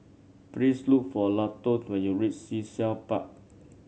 please look for Lawton when you reach Sea Shell Park